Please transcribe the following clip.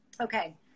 Okay